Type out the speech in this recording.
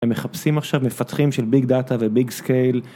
הם מחפשים עכשיו מפתחים של ביג דאטה וביג סקייל.